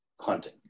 hunting